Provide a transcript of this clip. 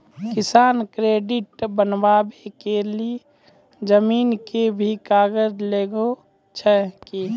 किसान credit card बनबा के लेल जमीन के भी कागज लागै छै कि?